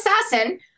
Assassin